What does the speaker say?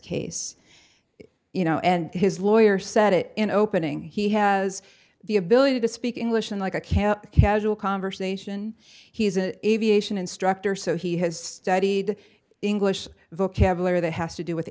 case you know and his lawyer said it in opening he has the ability to speak english and like a camp casual conversation he's an aviation instructor so he has studied english vocabulary that has to do with